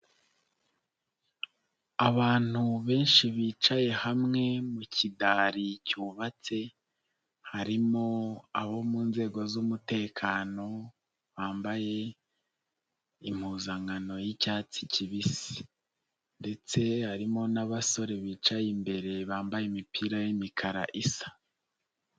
Abantu benshi bicaye hamwe mu kidari cyubatse, harimo abo mu nzego z'umutekano, bambaye impuzankano y'icyatsi kibisi ndetse harimo n'abasore bicaye imbere, bambaye imipira y'imikara isa.